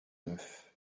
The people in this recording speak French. neuf